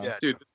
dude